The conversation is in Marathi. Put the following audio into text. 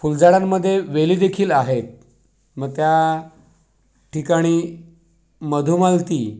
फुलझाडांमध्ये वेलीदेखील आहेत मग त्याठिकाणी मधुमालती